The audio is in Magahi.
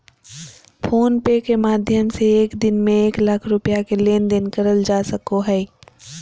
फ़ोन पे के माध्यम से एक दिन में एक लाख रुपया के लेन देन करल जा सको हय